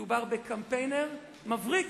הוא שמדובר בקמפיינר מבריק.